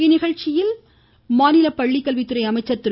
இந்நிகழ்ச்சியில் பள்ளிக்கல்வித்துறை அமைச்சர் திரு